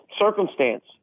circumstance